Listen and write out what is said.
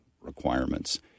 requirements